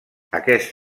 aquest